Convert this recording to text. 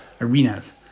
arenas